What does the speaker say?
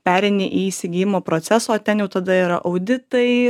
pereini į įsigijimo procesą o ten jau tada yra auditai